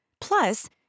Plus